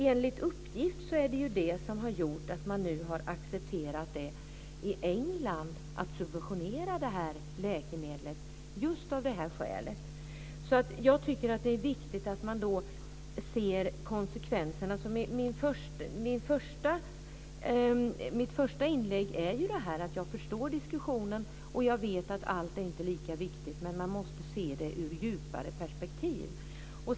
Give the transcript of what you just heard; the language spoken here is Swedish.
Enligt uppgift har man i England just av det här skälet accepterat att subventionera det här läkemedlet. Jag tycker alltså att det är viktigt att man ser konsekvenserna. Mitt första inlägg är att jag förstår diskussionen, och jag vet att allt inte är lika viktigt, men man måste se det ur ett djupare perspektiv.